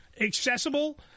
accessible